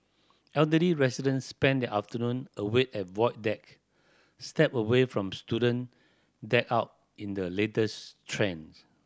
elderly residents spend their afternoon away at Void Deck step away from student decked out in the latest trends